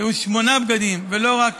שהיו שמונה בגדים ולא רק